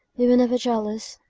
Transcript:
you were never jealous,